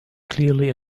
clearly